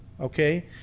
okay